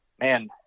man